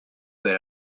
they